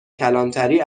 کلانتری